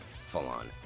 full-on